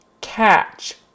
catch